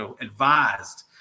advised